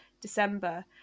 december